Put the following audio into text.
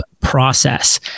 process